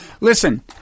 Listen